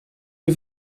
più